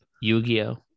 Yu-Gi-Oh